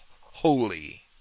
holy